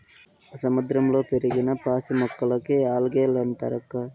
సముద్రంలో పెరిగిన పాసి మొక్కలకే ఆల్గే లంటారక్కా